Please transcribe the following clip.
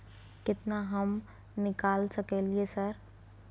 केतना हम निकाल सकलियै सर?